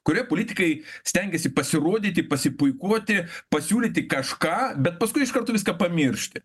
kurioj politikai stengiasi pasirodyti pasipuikuoti pasiūlyti kažką bet paskui iš karto viską pamiršti